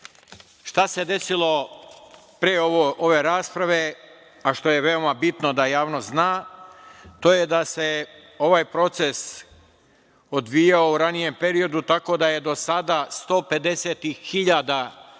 se desilo pre ove rasprave, a što je veoma bitno da javnost zna, to je da se ovaj proces odvijao u ranijem periodu tako da je do sada 150